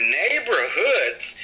neighborhoods